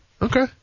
Okay